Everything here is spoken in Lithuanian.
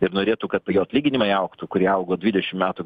ir norėtų kad jo atlyginimai augtų kurie augo dvidešim metų